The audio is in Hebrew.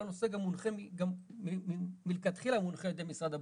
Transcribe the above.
כל הנושא גם מלכתחילה מונחה על ידי משרד הבריאות.